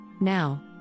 Now